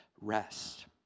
rest